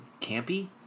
campy